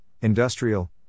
industrial